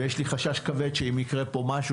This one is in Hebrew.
ויש לי חשש כבר שאם יקרה פה משהו,